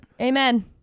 Amen